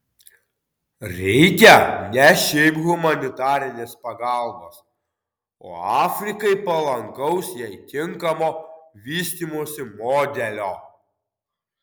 reikia ne šiaip humanitarinės pagalbos o afrikai palankaus jai tinkamo vystymosi modelio